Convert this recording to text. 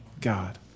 God